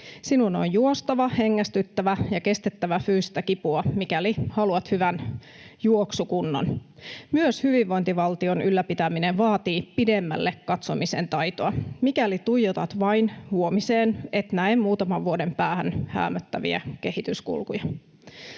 sinun on juostava, hengästyttävä ja kestettävä fyysistä kipua, mikäli haluat hyvän juoksukunnon. Myös hyvinvointivaltion ylläpitäminen vaatii pitemmälle katsomisen taitoa. Mikäli tuijotat vain huomiseen, et näe muutaman vuoden päähän häämöttäviä kehityskulkuja.